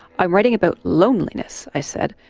i'm writing about loneliness i said,